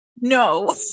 No